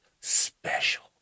special